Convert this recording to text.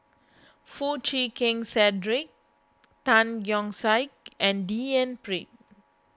Foo Chee Keng Cedric Tan Keong Saik and D N Pritt